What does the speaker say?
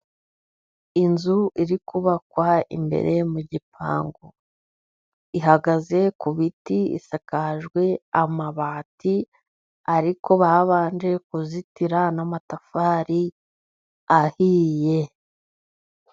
Inzu iri kubakwa imbere mu gipangu, ihagaze ku biti isakajwe amabati, ariko babanje kuzitira n'amatafari ahiye.